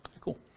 Cool